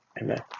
Amen